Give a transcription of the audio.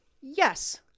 Yes